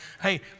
hey